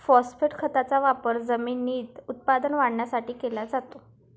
phosphate खताचा वापर जमिनीत उत्पादन वाढवण्यासाठी केला जातो